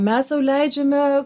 mes sau leidžiame